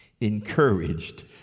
encouraged